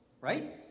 Right